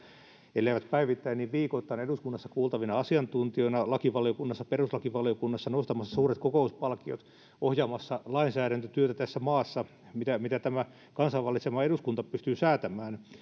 elleivät päivittäin niin viikoittain eduskunnassa kuultavina asiantuntijoina lakivaliokunnassa perustuslakivaliokunnassa nostamassa suuret kokouspalkkiot ohjaamassa lainsäädäntötyötä tässä maassa mitä tämä kansan valitsema eduskunta pystyy säätämään